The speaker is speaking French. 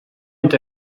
est